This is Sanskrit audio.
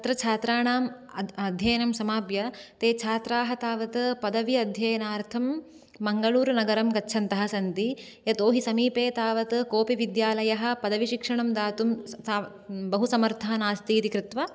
तत्र छात्राणाम् अध्ययनं समाप्य ते छात्राः तावत् पदवी अध्ययनार्थं मङ्गलूरुनगरं गच्छन्तः सन्ति यतो हि समीपे तावत् कोऽपि विद्यालयः पदवीशिक्षणं दातुं बहु समर्थः नास्ति इति कृत्वा